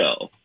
show